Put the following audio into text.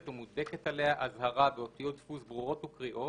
או מודבקת עליה אזהרה באותיות דפוס ברורות וקריאות,